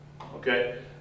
okay